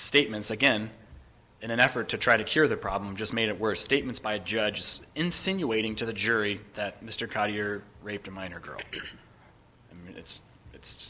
statements again in an effort to try to cure the problem just made it worse statements by judges insinuating to the jury that mr cottier raped a minor girl i mean it's it's